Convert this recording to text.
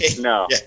no